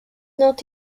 not